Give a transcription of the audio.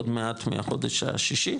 עוד מעט מהחודש השישי,